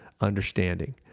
understanding